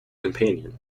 companion